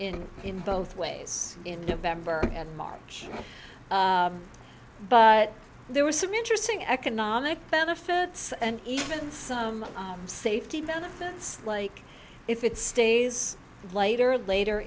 in in both ways in november and march but there were some interesting economic benefits and even some safety benefits like if it stays later later